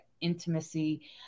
intimacy